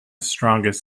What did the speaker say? strongest